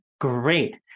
great